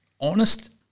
honest